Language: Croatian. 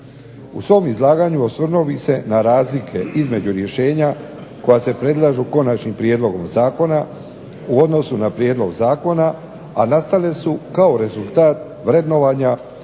U svom izlaganju osvrnuo bih se na razlike između rješenja koja se predlažu konačnim prijedlogom zakona u odnosu na prijedlog zakona, a nastale su kao rezultat vrednovanja